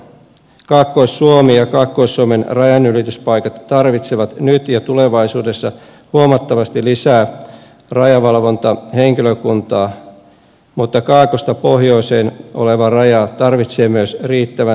kaakkois suomi ja kaakkois suomen rajanylityspaikat tarvitsevat nyt ja tulevaisuudessa huomattavasti lisää rajavalvontahenkilökuntaa mutta kaakosta pohjoiseen oleva raja tarvitsee myös riittävän valvonnan